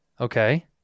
Okay